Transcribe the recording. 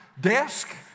desk